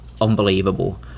unbelievable